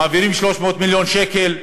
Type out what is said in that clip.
מעבירים 300 מיליון שקל.